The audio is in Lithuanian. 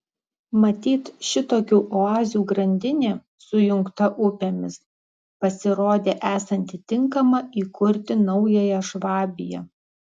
matyt šitokių oazių grandinė sujungta upėmis pasirodė esanti tinkama įkurti naująją švabiją